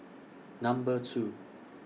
Number two